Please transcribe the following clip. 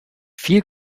viel